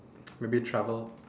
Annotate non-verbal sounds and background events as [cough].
[noise] maybe travel